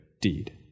deed